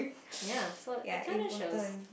ya so it kinda shows